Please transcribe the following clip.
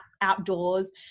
outdoors